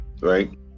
right